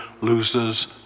loses